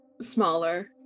smaller